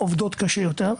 עובדות קשה יותר,